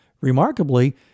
Remarkably